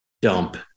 dump